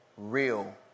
real